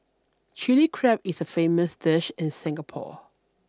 Chilli Crab is a famous dish in Singapore